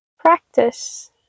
Practice